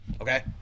Okay